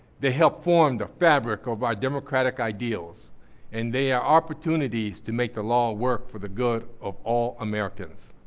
they help form the fabric of our democratic ideals and they are opportunities to make the law work for the good of all americans.